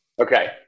Okay